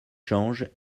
change